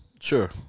Sure